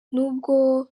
nubwo